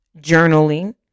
journaling